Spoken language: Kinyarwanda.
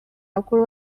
amakuru